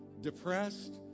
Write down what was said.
depressed